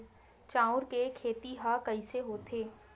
चांउर के खेती ह कइसे होथे?